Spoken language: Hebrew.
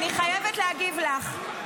אני חייבת להגיב לך.